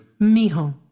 Mijo